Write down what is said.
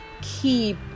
keep